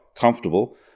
comfortable